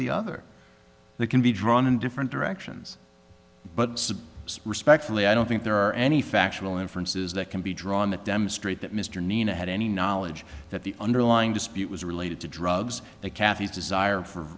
the other they can be drawn in different directions but respectfully i don't think there are any factual inferences that can be drawn that demonstrate that mr nina had any knowledge that the underlying dispute was related to drugs that kathy's desire for